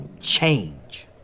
change